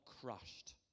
crushed